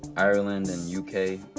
ireland and u k.